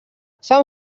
s’han